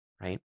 right